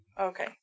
Okay